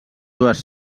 dues